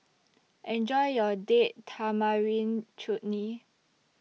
Enjoy your Date Tamarind Chutney